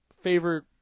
favorite